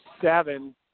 seven